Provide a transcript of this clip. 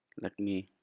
let me